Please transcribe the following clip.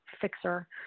fixer